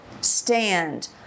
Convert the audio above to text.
stand